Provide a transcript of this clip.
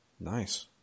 Nice